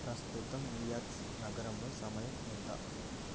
ప్రస్తుతం న్యూయార్క్ నగరంలో సమయం ఎంత